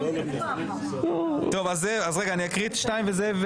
תן לו שהוא יוריד, אבל הטענה זה שלו.